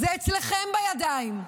זה אצלכם בידיים,